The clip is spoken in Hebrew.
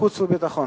החוץ והביטחון.